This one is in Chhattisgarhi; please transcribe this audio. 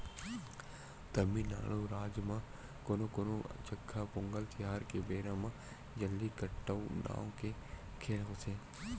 तमिलनाडू राज म कोनो कोनो जघा पोंगल तिहार के बेरा म जल्लीकट्टू नांव के खेल होथे